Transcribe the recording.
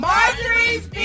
Marjorie's